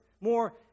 more